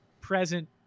present